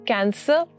Cancer